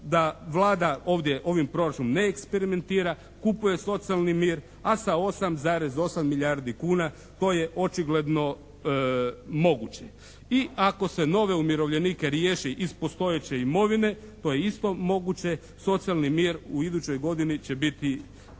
ovdje ovim proračunom ne eksperimentira, kupuje socijalni mir a sa 8,8 milijardi kuna to je očigledno moguće. I ako se nove umirovljenike riješi iz postojeće imovine to je isto moguće socijalni mir u idućoj godini će biti